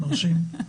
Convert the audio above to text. מרשים,